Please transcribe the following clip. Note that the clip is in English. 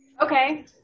okay